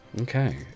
Okay